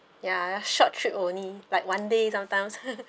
ya short trip only like one day sometimes